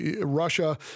Russia